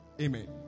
Amen